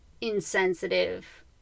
insensitive